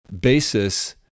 basis